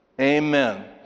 Amen